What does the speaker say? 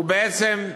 הוא בעצם,